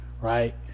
right